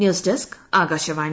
news desk Akashvani